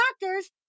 Doctors